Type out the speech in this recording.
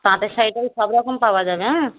তাঁতের শাড়ি টাড়ি সব রকম পাওয়া যাবে হ্যাঁ